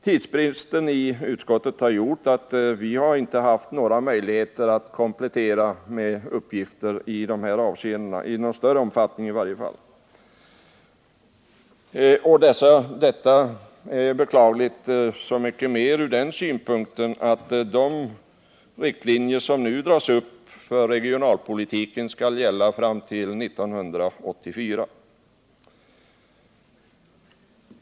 Tidsbristen i utskottet har gjort att vi inte haft några möjligheter att komplettera med uppgifter i dessa avseenden, i varje fall inte i någon större omfattning. Detta är beklagligt, så mycket mer som de riktlinjer som nu dras upp för regionalpolitiken skall gälla fram till 1984.